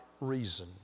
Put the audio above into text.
reason